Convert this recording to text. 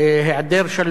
היעדר שלום,